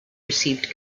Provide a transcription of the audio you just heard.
received